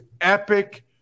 epic